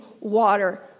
water